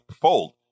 fold